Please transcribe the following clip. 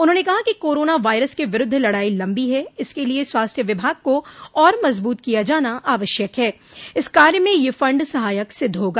उन्होंने कहा कि कोरोना वायरस के विरूद्ध लड़ाई लम्बी है इसके लिये स्वास्थ विभाग को और मजबूत किया जाना आवश्यक है इस कार्य में यह फंड सहायक सिद्ध होगा